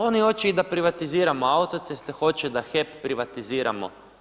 Oni hoće i da privatiziramo autoceste, hoće da HEP privatiziramo.